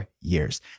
years